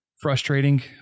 frustrating